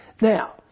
Now